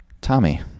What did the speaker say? Tommy